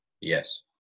yes